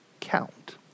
count